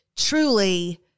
Truly